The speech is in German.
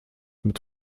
mit